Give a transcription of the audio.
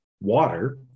water